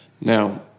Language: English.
Now